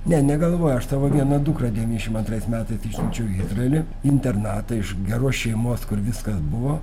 ne negalvoju aš savo vieną dukrą devyniasdešimt antrais metais išsiunčiau į izraelį internatą iš geros šeimos kur viskas buvo